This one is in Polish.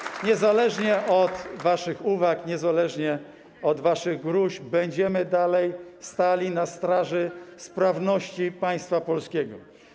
Dlatego niezależnie od waszych uwag, niezależnie od waszych gróźb będziemy dalej stali na straży sprawności państwa polskiego.